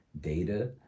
data